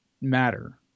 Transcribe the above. matter